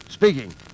speaking